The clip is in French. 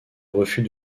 refus